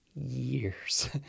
years